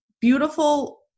beautiful